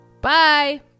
Bye